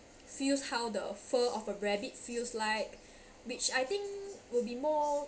feel how the fur of a rabbit feels like which I think will be more